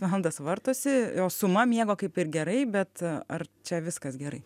valandas vartosi o suma miego kaip ir gerai bet ar čia viskas gerai